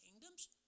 kingdoms